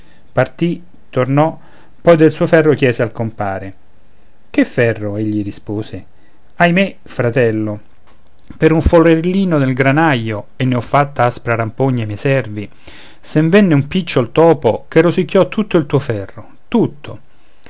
partì tornò poi del suo ferro chiese al compare che ferro egli rispose ahimè fratello per un forellino del granaio e ne ho fatta aspra rampogna a miei servi sen venne un picciol topo che rosicchiò tutto il tuo ferro tutto